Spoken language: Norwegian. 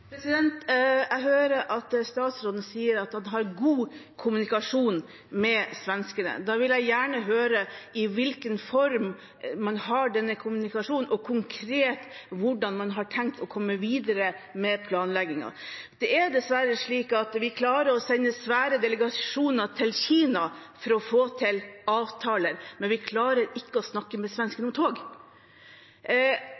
Jeg hører at statsråden sier at han har god kommunikasjon med svenskene. Da vil jeg gjerne høre i hvilken form man har denne kommunikasjonen, og – konkret – hvordan man har tenkt å komme videre med planleggingen. Det er dessverre slik at vi klarer å sende svære delegasjoner til Kina for å få til avtaler, men vi klarer ikke å snakke med